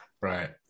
Right